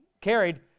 carried